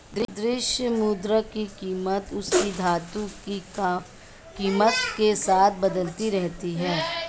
द्रव्य मुद्रा की कीमत उसकी धातु की कीमत के साथ बदलती रहती है